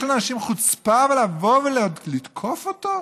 יש לאנשים חוצפה לבוא ולתקוף אותו?